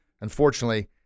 Unfortunately